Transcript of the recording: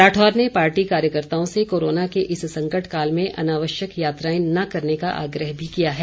राठौर ने पार्टी कार्यकर्ताओं से कोरोना के इस संकट काल में अनावश्यक यात्राएं न करने का आग्रह भी किया है